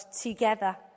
together